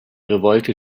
revolte